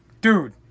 Dude